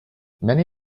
many